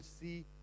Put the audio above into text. see